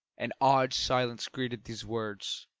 an awed silence greeted these words.